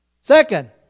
Second